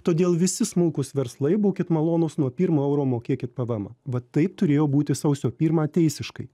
todėl visi smulkūs verslai būkit malonūs nuo pirmo euro mokėkit pvmą vat tai turėjo būti sausio pirmą teisiškai